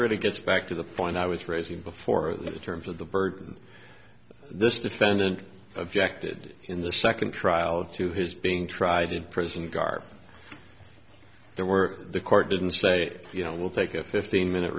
really gets back to the point i was raising before the terms of the burden this defendant objected in the second trial to his being tried in prison garb there were the court didn't say you know we'll take a fifteen minute